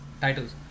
titles